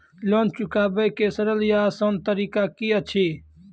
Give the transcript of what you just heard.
Loan चुकाबै के सरल या आसान तरीका की अछि?